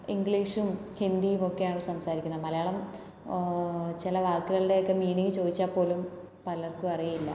ഇംഗ്ലീഷും ഹിന്ദിയും ഒക്കെ ആണ് സംസാരിക്കുന്നത് മലയാളം ചില വാക്കുകളുടെയൊക്കെ മീനിങ് ചോദിച്ചാൽ പോലും പലർക്കും അറിയില്ല